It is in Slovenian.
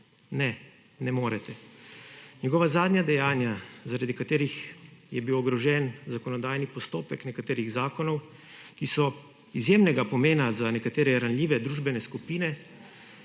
Ne. Ne morete. Njegova zadnja dejanja, zaradi katerih je bil ogrožen zakonodajni postopek nekaterih zakonov, ki so izjemnega pomena za nekatere ranljive družbene skupine,